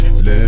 Let